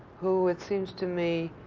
who, it seems to me,